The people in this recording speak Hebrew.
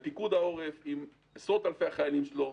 פיקוד העורף, עם עשרות אלפי החיילים שלו,